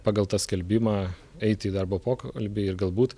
pagal tą skelbimą eiti į darbo pokalbį ir galbūt